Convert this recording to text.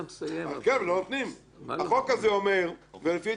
החוק הזה אומר, ולדעתי,